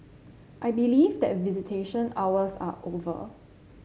I believe that visitation hours are over